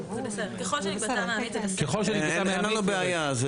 אין לנו בעיה.